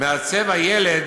מעצב הילד